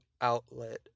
outlet